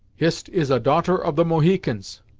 hist is a daughter of the mohicans.